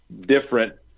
Different